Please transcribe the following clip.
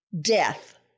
death